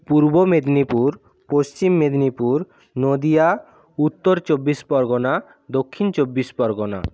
Purba Medinipur Paschim Medinipur Nadia Uttar Chabbish Pargana Dakshin Chabbish Pargana